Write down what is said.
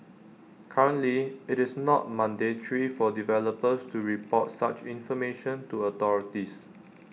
currently IT is not mandatory for developers to report such information to authorities